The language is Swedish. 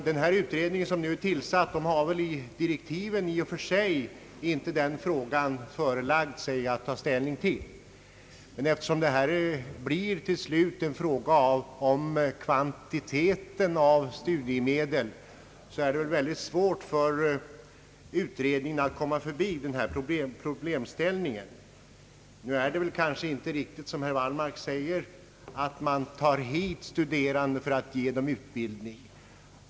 Den utredning som nu tillsatts har visserligen i direktiven inte fått sig förelagd att ta ställning till den frågan, men eftersom detta till slut blir en fråga om kvantiteten studiemedel blir det väl mycket svårt för utredningen att gå förbi den här problemställningen. Det är dock inte riktigt, som herr Wallmark säger, att man lockar hit studerande för att ge dem utbildning.